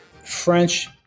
French